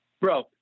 Bro